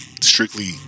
Strictly